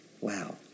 Wow